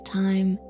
time